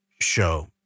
show